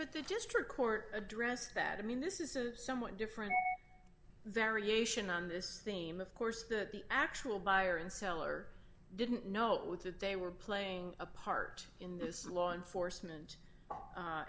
at the district court addressed that i mean this is a somewhat different variation on this theme of course that the actual buyer and seller didn't know that they were playing a part in this law enforcement